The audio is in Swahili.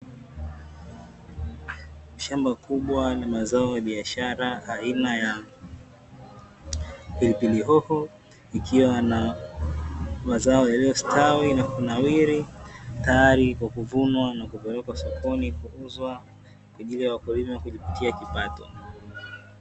Shamba kubwa la mazao ya biashara aina ya pilipili hoho, ikiwa na mazao yaliyostawi na kunawiri, tayari kwa kuvunwa na kupelekwa sokoni na kuuzwa kwa ajili ya wakulima kujipatia kipato.